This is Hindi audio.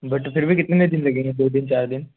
बट फिर भी कितने दिन लगेंगे दो दिन चार दिन